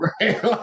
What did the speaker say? right